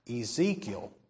Ezekiel